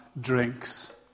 drinks